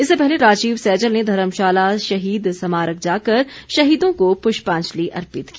इससे पहले राजीव सैजल ने धर्मशाला शहीद समारक जाकर शहीदों को पुष्पांजलि अर्पित की